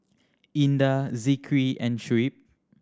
Indah Zikri and Shuib